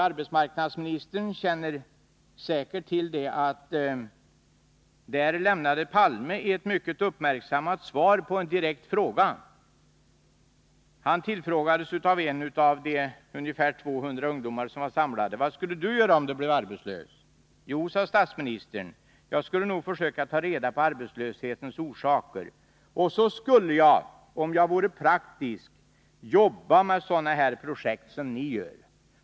Arbetsmarknadsministern känner säkert till att Olof Palme där lämnade ett mycket uppmärksammat svar på en direkt fråga. Han tillfrågades av en av de ungefär 200 ungdomar som var samlade: Vad skulle du göra om du blev arbetslös? Jo, sade statsministern, jag skulle nog försöka ta reda på arbetslöshetens orsaker, och så skulle jag, om jag vore praktisk, jobba med ett sådant projekt som ni gör.